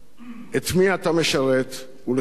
את מי אתה משרת ולשם מה.